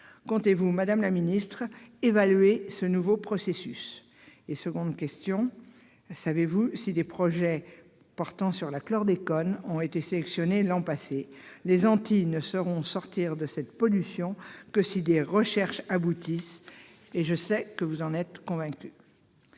Comptez-vous, madame la ministre, évaluer ce nouveau processus ? Seconde question : savez-vous si des projets portant sur le chlordécone ont été sélectionnés l'an passé ? Les Antilles ne pourront sortir de cette pollution que si les recherches aboutissent, et je suis persuadée que vous en êtes convaincue.